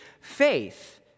faith